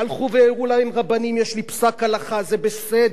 הלכו והראו להם רבנים, יש לי פסק-הלכה: זה בסדר.